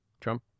Trump